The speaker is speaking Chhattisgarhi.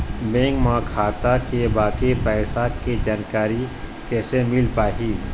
बैंक म खाता के बाकी पैसा के जानकारी कैसे मिल पाही?